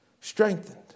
strengthened